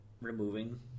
removing